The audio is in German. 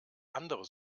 andere